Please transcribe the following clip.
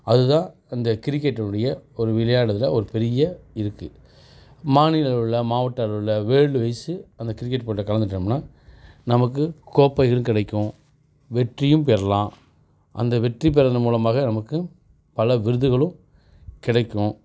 அதுதான் இந்த கிரிக்கெட்டினுடைய ஒரு விளையாடுதல் ஒரு பெரிய இருக்குது மாநில அளவில் மாவட்ட அளவில் வேர்ல்டு வைஸூ அந்த கிரிக்கெட் போட்டியில் கலந்துகிட்டம்னா நமக்கு கோப்பைகள் கிடைக்கும் வெற்றியும் பெறலாம் அந்த வெற்றி பெறுறது மூலமாக நமக்கு பல விருதுகளும் கிடைக்கும்